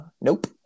nope